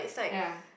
ya